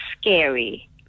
scary